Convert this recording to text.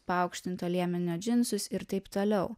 paaukštinto liemenio džinsus ir taip toliau